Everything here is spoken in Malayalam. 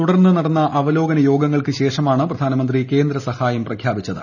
തുടർന്ന് നടന്ന അവലോകന യോഗങ്ങൾക്കുശേഷമാണ് പ്രധാനമന്ത്രി ക്ലോന്ടു സഹായം പ്രഖ്യാപിച്ചത്